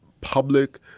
public